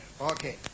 okay